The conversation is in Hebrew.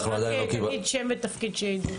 אני אוסקר פוקס,